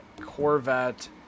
Corvette